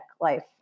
life